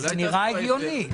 נראה הגיוני.